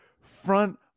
front